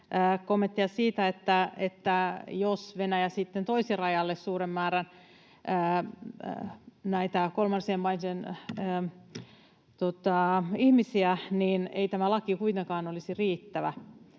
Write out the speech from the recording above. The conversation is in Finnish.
kommentteja siitä, että jos Venäjä sitten toisi rajalle suuren määrän näitä kolmansien maiden ihmisiä, niin ei tämä laki kuitenkaan olisi riittävä.